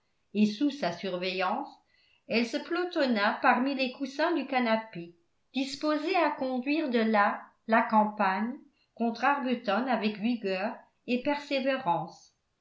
et sous sa surveillance elle se pelotonna parmi les coussins du canapé disposée à conduire de là la campagne contre arbuton avec vigueur et persévérance